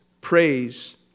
praise